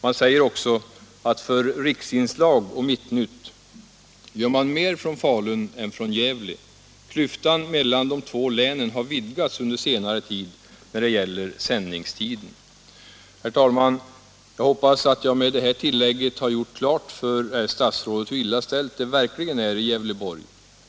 Man säger också att för riksinslag verksamhet i och Mitt Nytt gör man mer från Falun än från Gävle. Klyftan mellan Gävleborgs län de två länen har vidgats under senare tid när det gäller sändningstiden. Herr talman! Jag hoppas att jag med det här tillägget har gjort klart för statsrådet hur illa ställt det verkligen är i Gävleborg.